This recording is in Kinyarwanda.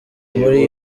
muri